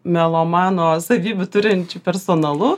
melomano savybių turinčiu personalu